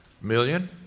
Million